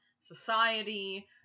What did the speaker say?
society